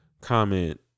comment